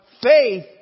Faith